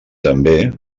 també